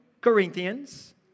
Corinthians